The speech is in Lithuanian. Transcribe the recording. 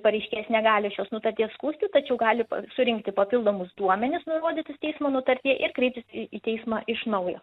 pareiškėjas negali šios nutarties skųsti tačiau gali surinkti papildomus duomenis nurodytas teismo nutartyje ir kreiptis į į teismą iš naujo